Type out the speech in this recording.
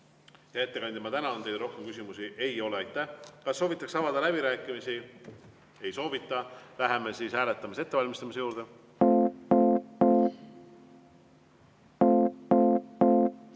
ettekandja, ma tänan teid. Rohkem küsimusi ei ole. Aitäh! Kas soovitakse avada läbirääkimisi? Ei soovita. Läheme hääletamise ettevalmistamise juurde.